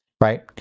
right